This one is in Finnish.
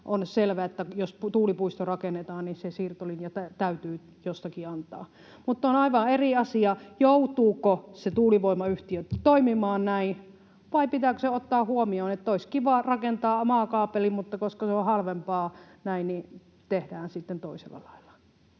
osin selvä, että jos tuulipuisto rakennetaan, niin se siirtolinja täytyy jostakin antaa, mutta on aivan eri asia, joutuuko se tuulivoimayhtiö toimimaan näin vai pitääkö sen ottaa huomioon, että olisi kiva rakentaa maakaapeli, mutta tehdään sitten toisella lailla,